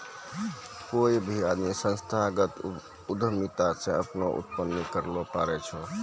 कोय भी आदमी संस्थागत उद्यमिता से अपनो उन्नति करैय पारै छै